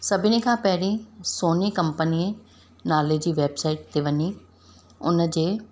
सभिनी खां पहिरीं सोनी कंपनी नाले जी वेबसाइट ते वञी हुनजे